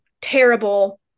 terrible